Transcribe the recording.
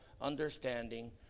understanding